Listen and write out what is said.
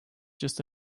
just